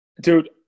dude